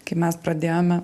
kai mes pradėjome